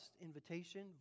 invitation